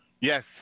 Yes